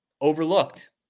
overlooked